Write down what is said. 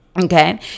Okay